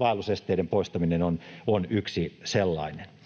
vaellusesteiden poistaminen on yksi sellainen.